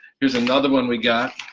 here's another one we got,